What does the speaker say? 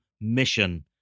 mission